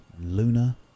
Luna